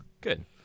Good